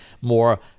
more